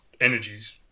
energies